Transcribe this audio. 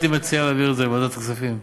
הייתי מציע להעביר את זה לוועדת הכספים.